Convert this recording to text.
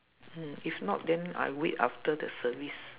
mm if not then I wait after the service